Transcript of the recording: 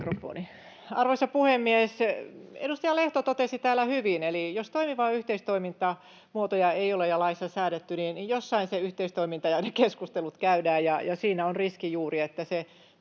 Arvoisa puhemies! Edustaja Lehto totesi täällä hyvin, että jos toimivia yhteistoimintamuotoja ei ole ja ei ole laissa säädetty, niin jossain ne yhteistoimintakeskustelut käydään, ja siinä on juuri se riski, että se